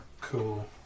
Cool